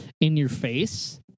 in-your-face